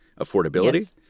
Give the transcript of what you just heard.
affordability